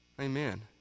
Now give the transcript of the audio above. amen